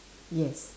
yes